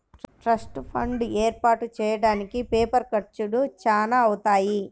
trust fund ఏర్పాటు చెయ్యడానికి paper ఖర్చులు చానా అవుతాయి